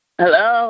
hello